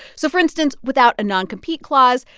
so for instance, without a non-compete clause,